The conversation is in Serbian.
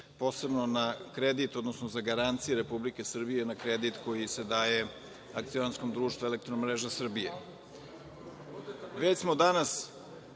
je danas reč, posebno za garancije Republike Srbije na kredit koji se daje akcionarskom društvu „Elektromreža Srbije“. Već smo danas